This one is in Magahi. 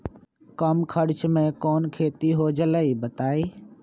कम खर्च म कौन खेती हो जलई बताई?